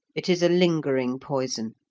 it is a lingering poison,